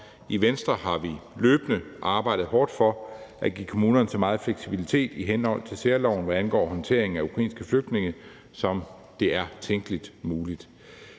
I Venstre har vi løbende arbejdet hårdt for at give kommunerne så meget fleksibilitet i henhold til særloven, hvad angår håndteringen af ukrainske flygtninge, som det er tænkeligt muligt.